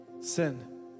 Sin